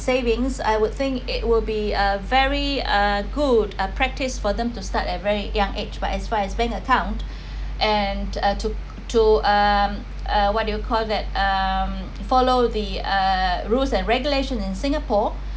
savings I would think it will be a very uh good uh practice for them to start at very young age but as far as bank account and uh to to uh uh what do you call that um follow the uh rules and regulation in singapore